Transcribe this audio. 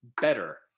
better